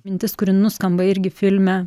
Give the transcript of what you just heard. mintis kuri nuskamba irgi filme